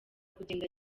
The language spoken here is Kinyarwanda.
kugenda